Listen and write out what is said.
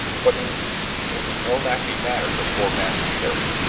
but indeed, it was no laughing matter for poor master harry,